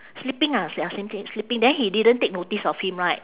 sleeping ah ah sl~ sl~ sleeping then he didn't take notice of him right